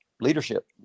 leadership